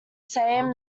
same